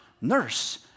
nurse